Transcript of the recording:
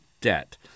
debt